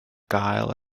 gael